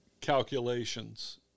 calculations